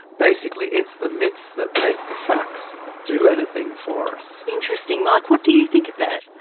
basically it's the myths that make the facts do anything for us. interesting, mike what do you you think of that?